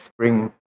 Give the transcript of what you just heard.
spring